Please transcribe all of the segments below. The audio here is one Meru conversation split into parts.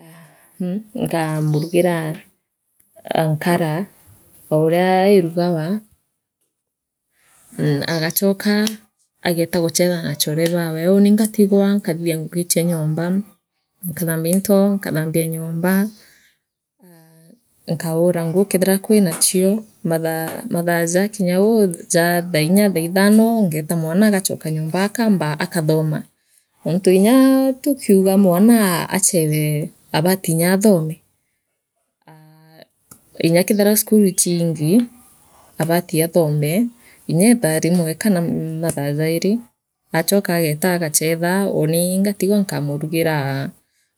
Aa n nkamurugiraa aa nkara oo uria irugagwa nn agachooka ageeta guchetha naachore bawe uuni ngatigwa nkwathithia ngugi chia nyomba nkathambia into nkathambia nyomba aa nkaure nguu enthira kwinachio mathaa mathaa jaakinga uu ja thaiinya thaithano ngeeta mwana agachoka nyomba akamba akathoma oontu iirya tukiugaa mwana aachethe naabati nyaathume aa inya kethira cukuru ichiingi aabati aathome inyeethaa rimwe kana mathaa jairi aachoka ageeta agechetha nii ngatigwa nkamurugira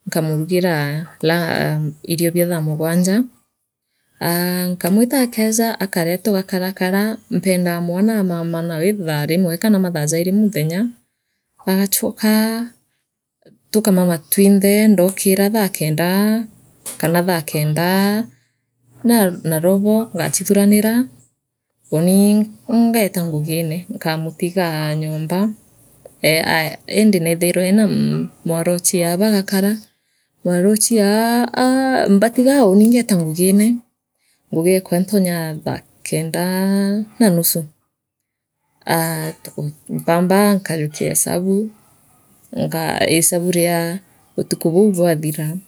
nkamurugira into bia thaa mugwanja aa nkamwita akeeja akaria tugakarekara mpendaa mwana aamana nao ithaa rimwe kana mathaa jairi muthonya bagachokaa tukamama twinthe ndookira thaa kenda kana thaa kenda na nobo ngachithuranira uuni ngeetaa ngugine nkamutiga nyomba ee aa iindi neethaira eena muntu mwarochia bagakara mwarochia aa mbatigaa uni ngeta ngugine ngugiekwa ntonyaa thaa kenda na nusu aa tu mpambaa nkaajukia ntoryaa thaa kenda na nusu aa tu mpambaa nkaajukia esabu nga isabu ria utuku buu bwathira.